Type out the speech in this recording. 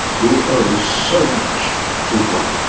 who owe so much to one.